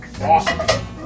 awesome